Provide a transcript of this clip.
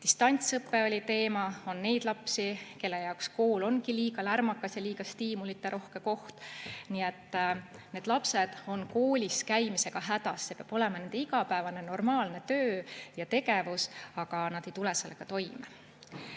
Distantsõpe oli teema. On neid lapsi, kelle jaoks kool ongi liiga lärmakas ja liiga stiimuliterohke koht. Nii et need lapsed on koolis käimisega hädas. See peab olema nende igapäevane normaalne töö ja tegevus, aga nad ei tule sellega toime.